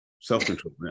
self-control